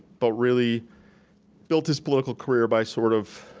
but really built his political career by sort of